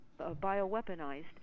bioweaponized